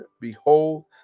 behold